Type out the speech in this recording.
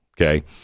Okay